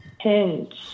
Hinge